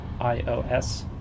iOS